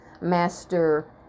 master